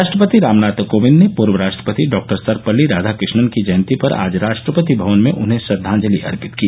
राष्ट्रपति रामनाथ कोविंद ने पूर्व राष्ट्रपति डॉक्टर सर्वपल्ली राधाकृष्णन की जयन्ती पर आज राष्ट्रपति भवन में उन्हें श्रद्वांजलि अर्पित की